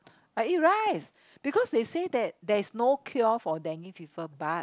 I eat rice because they say that there is no cure for Dengue fever but